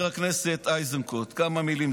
לחבר הכנסת איזנקוט כמה מילים.